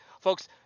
folks